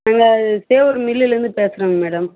நாங்கள் தேவூர் மில்லுலேயிர்ந்து பேசுகிறோங்க மேடம்